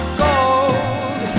gold